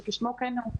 שכשמו כן הוא,